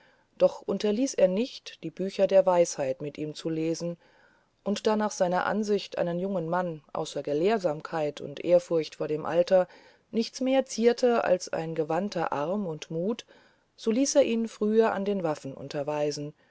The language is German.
doch unterließ er nicht die bücher der weisheit mit ihm zu lesen und da nach seiner ansicht einen jungen mann außer gelehrsamkeit und ehrfurcht vor dem alter nichts mehr zierte als ein gewandter arm und mut so ließ er ihn frühe in den waffen unterweisen